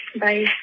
Bye